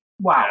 Wow